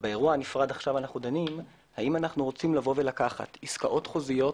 ובו אנו דנים האם אנחנו רוצים לקחת עסקאות חוזיות,